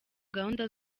gahunda